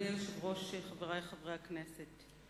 אדוני היושב-ראש, חברי חברי הכנסת,